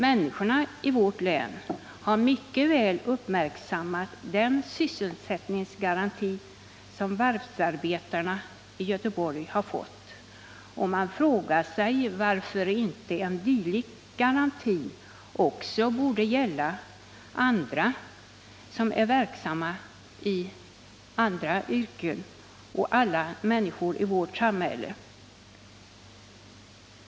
Människorna i mitt län har mycket uppmärksammat den sysselsättningsgaranti som varvsarbetarna i Göteborg har fått. Många frågar sig varför en dylik garanti inte också gäller för verksamma i andra yrken, för alla människor i vårt samhälle.